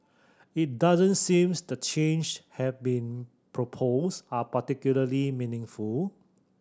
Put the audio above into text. it doesn't seems that the changes have been proposed are particularly meaningful